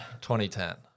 2010